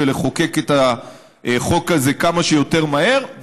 לחוקק את החוק הזה כמה שיותר מהר.